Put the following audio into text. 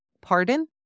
Pardon